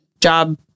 job